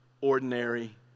Ordinary